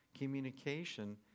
communication